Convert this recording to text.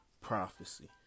Prophecy